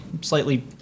slightly